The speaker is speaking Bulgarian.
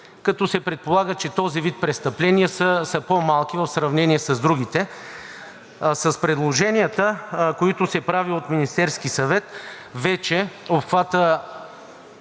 като се предполага, че този вид престъпления са по-малки в сравнение с другите. С предложенията, които се правят от Министерския съвет, вече обхватът